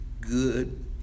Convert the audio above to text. good